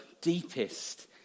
deepest